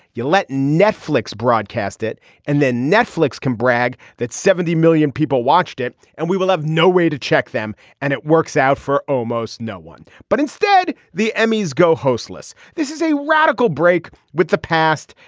you let netflix broadcast it and then netflix can brag that seventy million people watched it and we will have no way to check them and it works out for almost no one but instead the emmys go host lists. this is a radical break with the past.